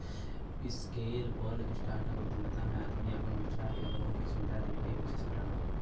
scalable startup उद्यमिता में आदमी आपन विचार से लोग के सुविधा देवे क कोशिश करला